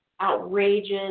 outrageous